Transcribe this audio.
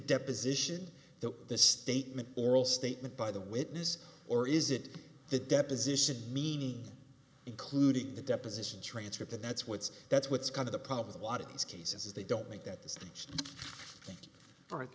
deposition that the statement oral statement by the witness or is it the deposition meaning including the deposition transcript and that's what's that's what's kind of the problem lot of these cases is they don't make that